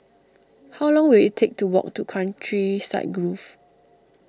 how long will it take to walk to Countryside Grove